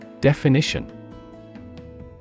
Definition